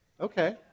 Okay